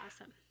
awesome